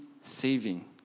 saving